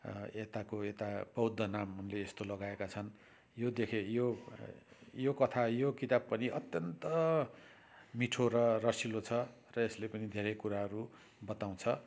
यताको यता बौद्ध नाम उनले यस्तो लगाएका छन् यो देखे यो यो कथा यो किताब पनि अत्यन्त मिठो र रसिलो छ र यसले पनि धेरै कुराहरू बताउँछ